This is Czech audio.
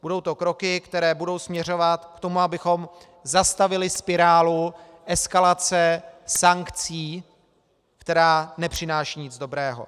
Budou to kroky, které budou směřovat k tomu, abychom zastavili spirálu eskalace sankcí, která nepřináší nic dobrého.